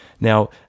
Now